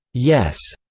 yes.